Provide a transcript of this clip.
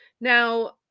Now